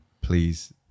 please